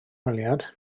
hymweliad